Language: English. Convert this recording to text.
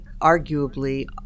arguably